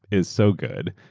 is so good,